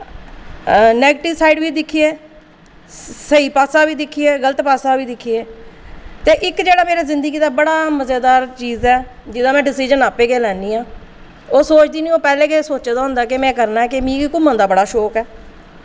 negative side बी दिक्खियै स्हेई पास्सा बी दिक्खियै गलत पास्सा बी दिक्खियै ते इक जेह्ड़ा मेरी जिंदगी दा बड़ा मजेदार चीज ऐ जेह्दा में डिसिजन आप्पे गै लैन्नी आं ओह् सोचदी निं ओह् पैह्ले गै सोचे दा होंदा के में करना कि मिगी घुम्मन दा बड़ा शौक ऐ